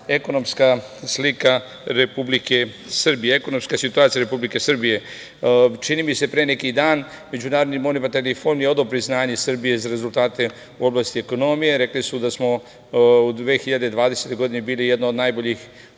ekonomska slika Republike Srbije, ekonomska situacija Republike Srbije. Čini mi se, pre neki dan MMF je odao priznanje Srbiji za rezultate u oblasti ekonomije. Rekli su da smo u 2020. godini bili jedna od najboljih